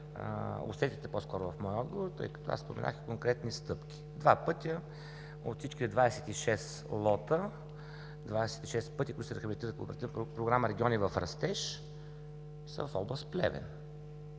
усетихте по-скоро в моя отговор, тъй като аз споменах конкретни стъпки. Два пътя от всички 26 лота, които се рехабилитират по Програма „Региони в растеж“ са в област Плевен.